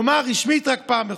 כלומר, רשמית רק פעם בחודש,